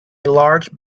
large